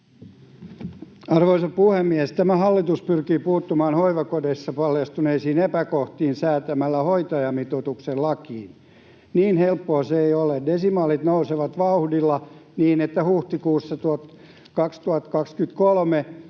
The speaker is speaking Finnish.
Arvoisa puhemies! Tämä hallitus pyrkii puuttumaan hoivakodeissa paljastuneisiin epäkohtiin säätämällä hoitajamitoituksen lakiin. Niin helppoa se ei ole: Desimaalit nousevat vauhdilla, niin että huhtikuussa 2023